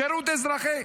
שירות אזרחי.